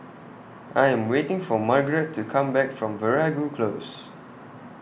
I Am waiting For Margarett to Come Back from Veeragoo Close